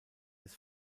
des